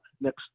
next